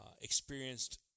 experienced